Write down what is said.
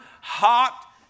hot